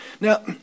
Now